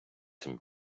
тим